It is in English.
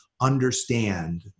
understand